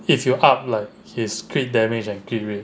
if you're up like his crit damage and crit rate